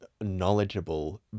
knowledgeable